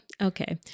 okay